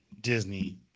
Disney